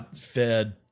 Fed